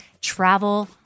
travel